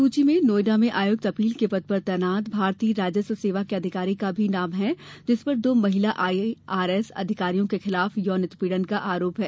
सूची में नोएडा में आयुक्त अपील के पद पर तैनात भारतीय राजस्व सेवा के अधिकारी का भी नाम है जिसपर दो महिला आईआरएस अधिकारियों के खिलाफ यौन उत्पीड़न का आरोप है